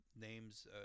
Names